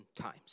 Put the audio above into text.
times